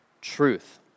truth